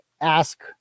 ask